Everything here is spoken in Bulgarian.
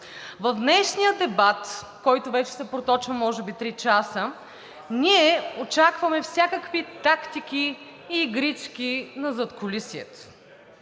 В днешния дебат, който се проточи може би три часа, ние очакваме всякакви тактики и игрички на задкулисието.